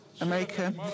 America